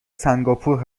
سنگاپور